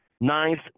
Ninth